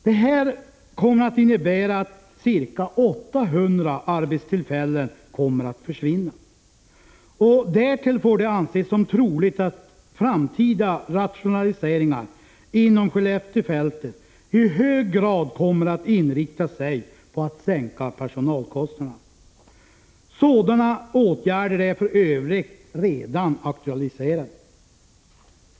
Det här innebär att ca 800 arbetstillfällen kommer att försvinna, och därtill får det anses som troligt att framtida rationaliseringar inom Skelleftefältet i hög grad kommer att inrikta sig på att sänka personalkostnaderna. Sådana åtgärder är för övrigt redan aktualiserade.